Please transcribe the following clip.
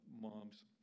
mom's